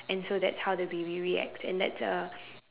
and so that's how the baby reacts and that's a